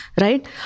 right